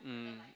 mm